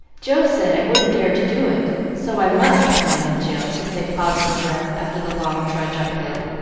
joe said i wouldn't dare to do it, so i must, commanded jill, as they paused for breath after the long trudge up hill.